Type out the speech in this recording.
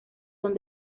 son